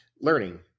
Learning